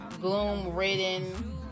gloom-ridden